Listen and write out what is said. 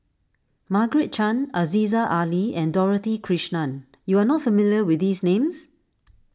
Margaret Chan Aziza Ali and Dorothy Krishnan you are not familiar with these names